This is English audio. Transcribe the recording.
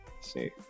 see